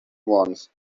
ones